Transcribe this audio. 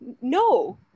No